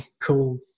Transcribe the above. cool